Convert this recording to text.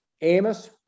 Amos